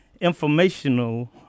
informational